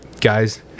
Guys